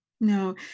no